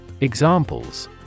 Examples